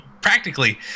practically